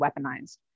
weaponized